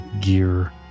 gear